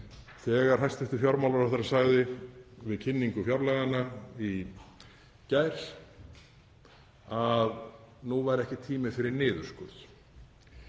þegar hæstv. fjármálaráðherra sagði við kynningu fjárlaganna í gær að nú væri ekki tími fyrir niðurskurð.